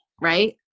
right